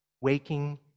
Waking